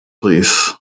Please